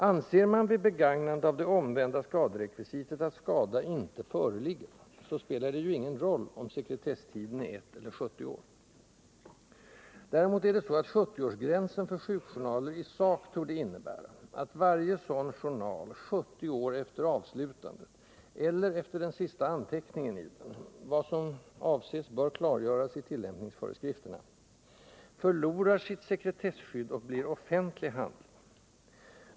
Anser man vid begagnandet av det omvända skaderekvisitet att skada inte föreligger, så spelar det ju ingen roll om sekretesstiden är ett eller 70 år. Däremot är det så, att 70-årsgränsen för sjukjournaler i sak torde innebära att varje sådan journal 70 år efter avslutandet, eller efter den sista anteckningen i den — vad som avses bör klargöras i tillämpningsföreskrifterna — förlorar sitt sekretesskydd och blir offentlig handling.